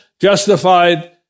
justified